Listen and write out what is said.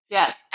Yes